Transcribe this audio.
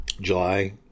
July